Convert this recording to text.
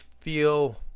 feel